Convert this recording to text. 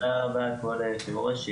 תודה רבה כבוד היושב ראש.